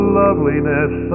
loveliness